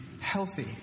healthy